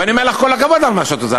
ואני אומר לך כל הכבוד על מה שאת עושה.